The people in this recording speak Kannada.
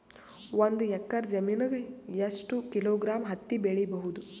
ಒಂದ್ ಎಕ್ಕರ ಜಮೀನಗ ಎಷ್ಟು ಕಿಲೋಗ್ರಾಂ ಹತ್ತಿ ಬೆಳಿ ಬಹುದು?